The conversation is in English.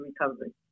recovery